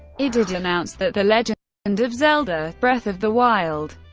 it did announce that the legend and of zelda breath of the wild,